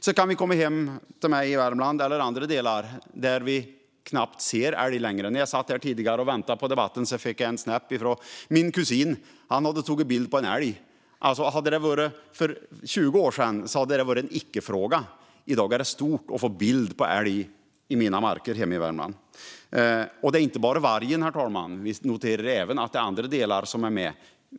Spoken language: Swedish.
Sedan kan vi komma hem till mig i Värmland eller till andra delar där vi knappt ser älg längre. När jag satt här tidigare och väntade på debatten fick jag en snap från min kusin. Han hade tagit en bild på en älg. Hade det varit för 20 år sedan hade det varit en icke-fråga. I dag är det stort att få en bild på en älg i mina marker hemma i Värmland. Herr talman! Det gäller inte bara vargen. Vi noterar även att det även är andra delar som är med.